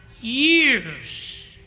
years